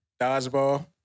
Dodgeball